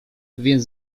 więc